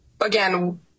again